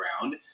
ground